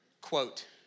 quote